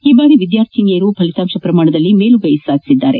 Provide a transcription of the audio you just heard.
ಈ ಬಾರಿ ವಿದ್ಯಾರ್ಥಿನಿಯರು ಫಲಿತಾಂಶ ಪ್ರಮಾಣದಲ್ಲಿ ಮೇಲುಗೈ ಸಾಧಿಸಿದ್ದಾರೆ